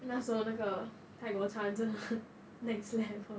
那时候那个泰国餐真的 next level